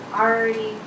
already